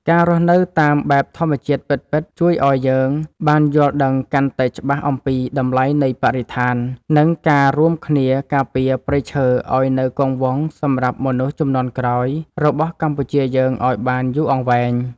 ការរស់នៅតាមបែបធម្មជាតិពិតៗជួយឱ្យយើងបានយល់ដឹងកាន់តែច្បាស់អំពីតម្លៃនៃបរិស្ថាន និង ការរួមគ្នាការពារព្រៃឈើឱ្យនៅគង់វង្សសម្រាប់មនុស្សជំនាន់ក្រោយរបស់កម្ពុជាយើងឱ្យបានយូរអង្វែង។